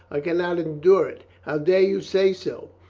i can not endure it! how dare you say so?